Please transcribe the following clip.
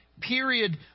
period